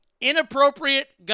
Inappropriate